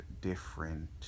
different